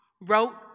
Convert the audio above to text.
wrote